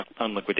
unliquidated